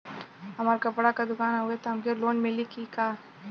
हमार कपड़ा क दुकान हउवे त हमके लोन मिली का?